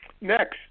next